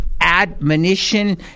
admonition